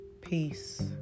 Peace